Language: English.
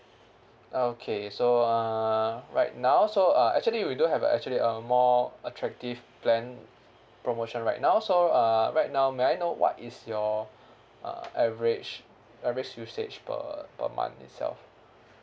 okay so uh right now so uh actually we do have uh actually uh more attractive plan promotion right now so uh right now may I know what is your uh average average usage per per month itself